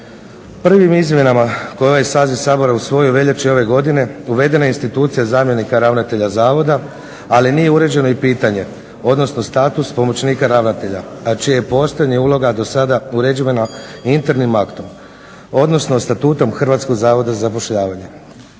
Prvim izmjenama koje je ovaj saziv Sabora usvojio u veljači ove godine uvedena je institucija zamjenika ravnatelja zavoda, ali nije uređeno i pitanje odnosno status pomoćnika ravnatelja, a čije je postojanje i uloga do sada uređivana internim aktom odnosno statutom Hrvatskog zavoda za zapošljavanje.